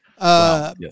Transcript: Yes